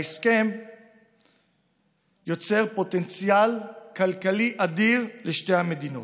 ההסכם יוצר פוטנציאל כלכלי אדיר לשתי המדינות.